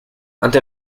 ante